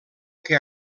que